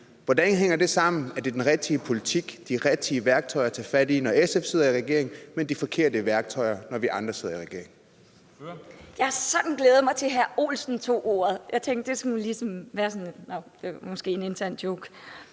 Hvordan hænger det sammen, at det er den rigtige politik, de rigtige værktøjer at tage fat i, når SF sidder i regering, men de forkerte værktøjer, når vi andre sidder i regering?